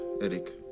Eric